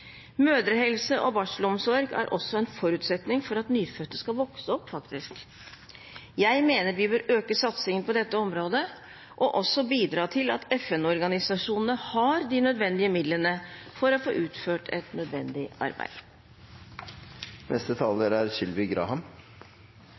Mødrehelse og barselomsorg er faktisk også en forutsetning for at nyfødte skal vokse opp. Jeg mener vi bør øke satsingen på dette området og også bidra til at FN-organisasjonene har de nødvendige midlene for å få utført et nødvendig arbeid.